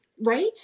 right